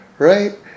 right